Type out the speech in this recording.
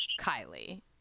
kylie